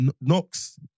knocks